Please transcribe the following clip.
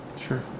Sure